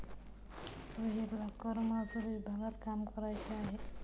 सोहेलला कर महसूल विभागात काम करायचे आहे